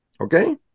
Okay